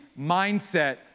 mindset